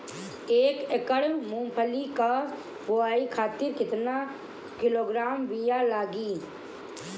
एक एकड़ मूंगफली क बोआई खातिर केतना किलोग्राम बीया लागी?